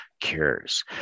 cures